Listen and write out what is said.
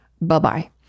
Bye-bye